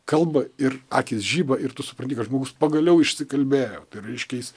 kalba ir akys žiba ir tu supranti kad žmogus pagaliau išsikalbėjo tai reiškia jis